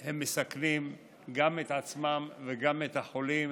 הם מסכנים גם את עצמם וגם את החולים,